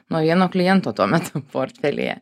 nuo vieno kliento tuomet portfelyje